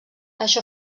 això